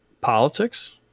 Politics